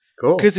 Cool